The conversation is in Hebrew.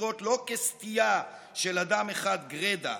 לראות לא כסטייה של אדם אחד גרידא,